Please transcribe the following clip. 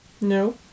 No